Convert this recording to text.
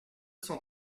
cent